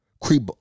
creep